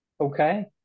Okay